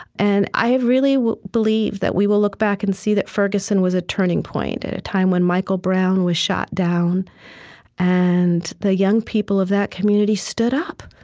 and i really believe that we will look back and see that ferguson was a turning point at a time when michael brown was shot down and the young people of that community stood up,